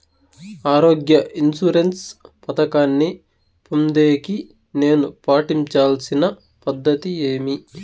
ఆరోగ్య ఇన్సూరెన్సు పథకాన్ని పొందేకి నేను పాటించాల్సిన పద్ధతి ఏమి?